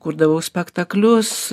kurdavau spektaklius